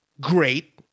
great